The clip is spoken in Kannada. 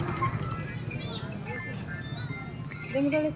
ಏನು ರೊಕ್ಕ ಹಾಕದ್ಹಂಗ ಖಾತೆ ತೆಗೇಬಹುದೇನ್ರಿ ನಿಮ್ಮಲ್ಲಿ?